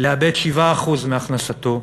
לאבד 7% מהכנסתו,